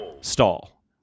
stall